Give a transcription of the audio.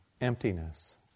emptiness